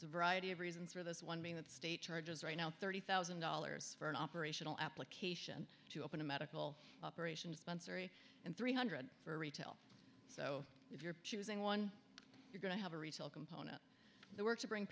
a variety of reasons for this one being that state charges right now thirty thousand dollars for an operational application to open a medical operations sponsor and three hundred for retail so if you're choosing one you're going to have a retail component the work to bring